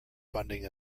funding